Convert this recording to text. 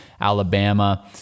Alabama